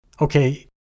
Okay